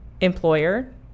employer